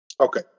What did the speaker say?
Okay